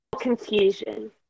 confusion